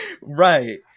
Right